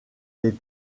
les